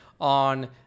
on